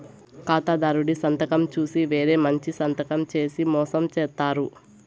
ఖాతాదారుడి సంతకం చూసి వేరే మంచి సంతకం చేసి మోసం చేత్తారు